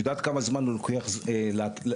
את יודעת כמה זמן לוקח לבנות קוצרת כזאת?